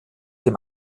dem